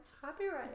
copyright